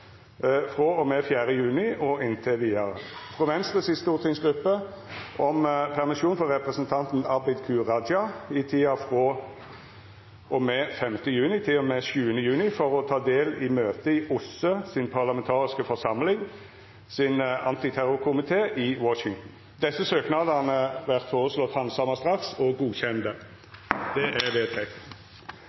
frå og med 4. juni og inntil vidare frå Venstres stortingsgruppe om permisjon for representanten Abid Q. Raja i tida frå og med 5. juni til og med 7. juni for å ta del i OSSEs arrangement for ekspertgruppa for terrorførebygging i Sarajevo Etter forslag frå presidenten vart samrøystes vedteke: Søknadene vert handsama straks og innvilga. Følgjande vararepresentantar vert innkalla for å møta i